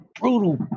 brutal